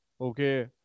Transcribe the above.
okay